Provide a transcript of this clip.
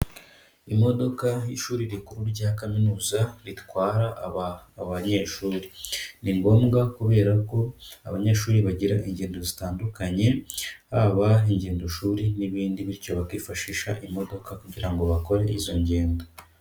Imodoka y'ishuri rikuru rya kaminuza ritwara abanyeshuri, ni ngombwa kubera ko abanyeshuri bagira ingendo zitandukanye haba ingendoshuri n'ibindi bityo bakifashisha imodoka kugira ngo bakore izo ngendo.